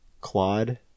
Claude